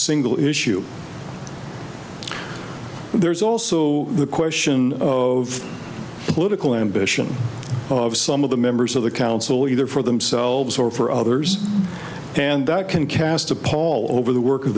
single issue there's also the question of political ambition of some of the members of the council either for themselves or for others and that can cast a pall over the work